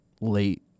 late